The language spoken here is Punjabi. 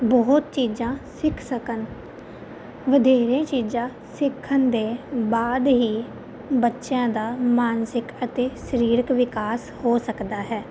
ਬਹੁਤ ਚੀਜ਼ਾਂ ਸਿੱਖ ਸਕਣ ਵਧੇਰੇ ਚੀਜ਼ਾਂ ਸਿੱਖਣ ਦੇ ਬਾਅਦ ਹੀ ਬੱਚਿਆਂ ਦਾ ਮਾਨਸਿਕ ਅਤੇ ਸਰੀਰਕ ਵਿਕਾਸ ਹੋ ਸਕਦਾ ਹੈ